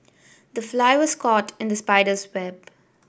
the fly was caught in the spider's web